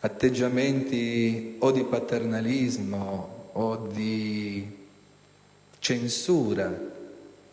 atteggiamenti, o di paternalismo o di censura,